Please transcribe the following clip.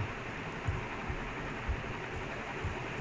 leverkusen ya leverkusen lost a few important players what they